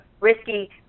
risky